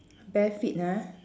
bare feet ha